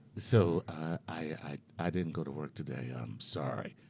so i i didn't go to work today, i'm sorry,